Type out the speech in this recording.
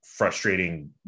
frustrating